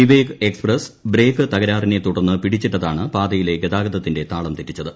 Vivek Express ബ്രേബക്ക് തകരാറിനെത്തുടർന്ന് പിടിച്ചിട്ടതാണ് പാതയിലെ ഗതാഗതത്തിന്റെ താളം തെറ്റിച്ചത്